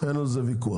אין על זה ויכוח.